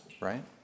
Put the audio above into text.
right